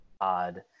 odd